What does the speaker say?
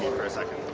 for a second.